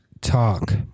Talk